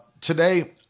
today